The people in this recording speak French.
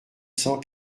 cent